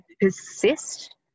persist